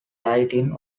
lighting